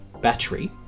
battery